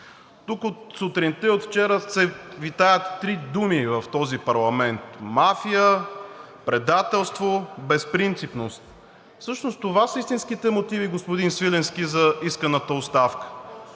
Тук от сутринта и от вчера витаят три думи в този парламент: мафия, предателство, безпринципност. Всъщност това са истинските мотиви, господин Свиленски, за исканата оставка: